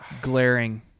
Glaring